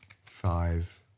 five